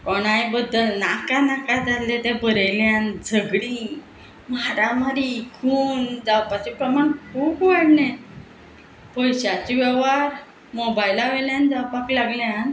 कोणाय बद्दल नाका नाका जाल्लें तें बरयल्यान झगडीं मारामारी खून जावपाचें प्रमाण खूब वाडलें पयशाचे वेव्हार मोबायला वयल्यान जावपाक लागल्यान